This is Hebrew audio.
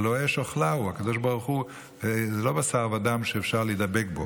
הלוא "אש אֹכְלָה הוא"; הקדוש ברוך הוא לא בשר ודם שאפשר להידבק בו,